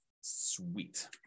Sweet